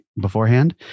beforehand